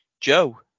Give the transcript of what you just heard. Joe